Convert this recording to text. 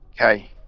okay